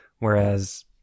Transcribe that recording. Whereas